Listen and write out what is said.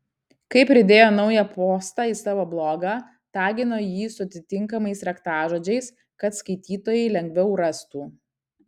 kai pridėjo naują postą į savo blogą tagino jį su atitinkamais raktažodžiais kad skaitytojai lengviau rastų